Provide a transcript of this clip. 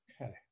okay